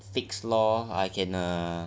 fix lor I can uh